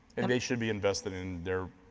and they should be invested in their,